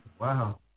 Wow